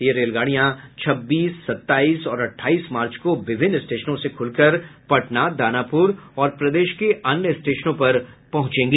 ये रेलगाड़ियां छब्बीस सत्ताईस और अट्ठाइस मार्च को विभिन्न स्टेशनों से खुलकर पटना दानापुर और प्रदेश के अन्य स्टेशनों पर पहुंचेगी